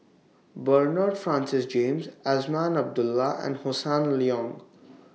Bernard Francis James Azman Abdullah and Hossan Leong